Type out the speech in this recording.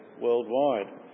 worldwide